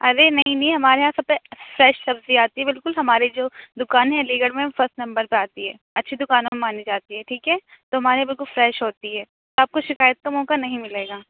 ارے نہیں نہیں ہمارے یہاں سب سے فریش سبزی آتی ہے بالکل ہمارے جو دُکان ہے علی گڑھ میں وہ فسٹ نمبر پہ آتی ہے اچھی دکانوں میں مانی جاتی ہے ٹھیک ہے تو ہمارے یہاں بالکل فریش ہوتی ہے آپ کو شکایت کا موقع نہیں ملے گا